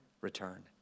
return